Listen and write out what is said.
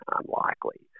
unlikely